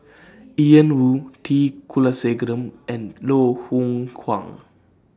Ian Woo T Kulasekaram and Loh Hoong Kwan